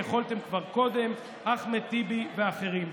יכולתם כבר קודם"; אחמד טיבי ואחרים.